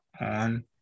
on